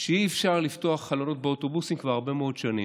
שאי-אפשר לפתוח חלונות באוטובוסים כבר הרבה מאוד שנים.